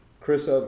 Chris